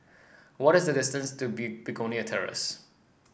what is the distance to be Begonia Terrace